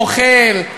אוכל,